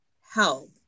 help